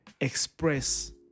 express